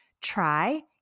try